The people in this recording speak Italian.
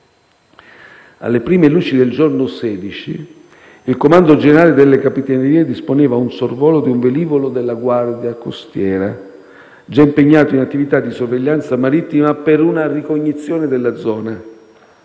Alle prime luci del giorno 16, il Comando generale delle Capitanerie disponeva un sorvolo di un velivolo della Guardia costiera, già impegnato in attività di sorveglianza marittima, per una ricognizione della zona,